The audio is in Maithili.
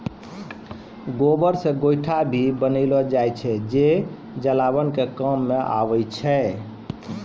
गोबर से गोयठो भी बनेलो जाय छै जे जलावन के काम मॅ आबै छै